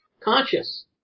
Conscious